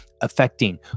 affecting